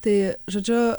tai žodžiu